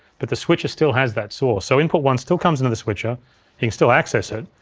but the switcher still has that source. so input one still comes into the switcher, you can still access it,